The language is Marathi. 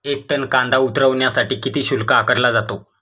एक टन कांदा उतरवण्यासाठी किती शुल्क आकारला जातो?